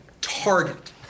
target